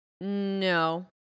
no